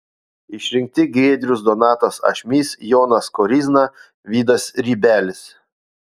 išrinkti giedrius donatas ašmys jonas koryzna vidas rybelis